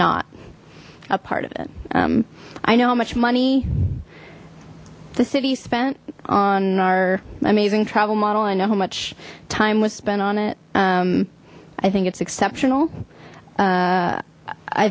not a part of it um i know how much money the city spent on our amazing travel model i know how much time was spent on it i think it's exceptional